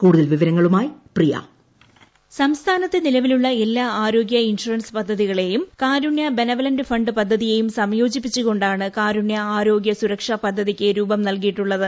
കൂടുതൽ വിവരങ്ങളുമായി പ്രിയ സംസ്ഥാനത്ത് നിലവിലുള്ള എല്ലാ ആരോഗ്യ ഇൻഷുറൻസ് പദ്ധതികളേയും കാരുണ്യ ബെനവലന്റ് ഫണ്ട് പദ്ധതിയേയും സംയോജിപ്പിച്ചുകൊണ്ടാണ് കാരുണ്യ ആരോഗ്യ സുരക്ഷ പദ്ധതിയ്ക്ക് രൂപം നൽകിയിട്ടുള്ളത്